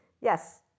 Yes